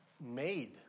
made